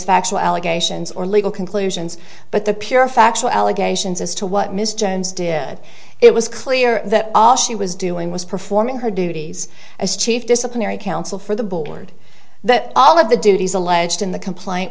factual allegations or legal conclusions but the pure factual allegations as to what miss jones did it was clear that all she was doing was performing her duties as chief disciplinary counsel for the board that all of the duties alleged in the complaint